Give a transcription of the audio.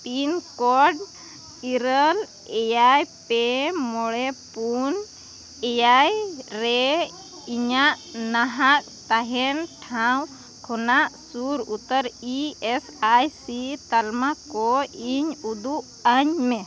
pincode ᱤᱨᱟᱹᱞ ᱮᱭᱟᱭ ᱯᱮ ᱢᱚᱬᱮ ᱯᱩᱱ ᱮᱭᱟᱭ ᱨᱮ ᱤᱧᱟᱹᱜ ᱱᱟᱦᱟᱜ ᱛᱟᱦᱮᱱ ᱴᱷᱟᱶ ᱠᱷᱚᱱᱟᱜ ᱥᱩᱴ ᱩᱛᱟᱹᱨ ᱤ ᱮᱥ ᱟᱭ ᱥᱤ ᱛᱟᱞᱢᱟᱠᱚ ᱤᱧ ᱩᱫᱩᱜ ᱟᱹᱧᱢᱮ